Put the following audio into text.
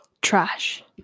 Trash